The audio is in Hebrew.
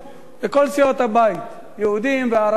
כל סיעות הבית, יהודים וערבים,